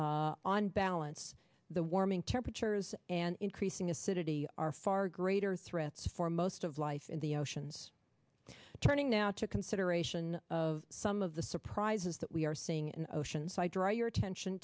large on balance the warming temperatures and increasing acidity are far greater threats for most of life in the oceans turning now to consideration of some of the surprises that we are seeing in oceans i draw your attention